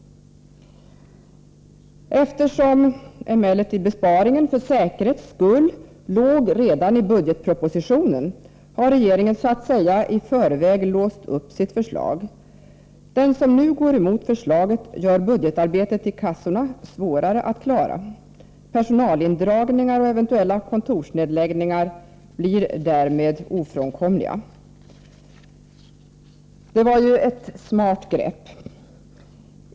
Eftersom besparingen för säkerhets skull låg redan i budgetpropositionen, har regeringen så att säga i förväg låst upp sitt förslag. Den som nu går emot förslaget gör budgetarbetet i kassorna svårare att klara. Personalindragningar och eventuella kontorsnedläggningar blir därmed ofrånkomliga. Det var ju ett smart grepp!